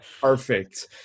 perfect